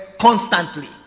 constantly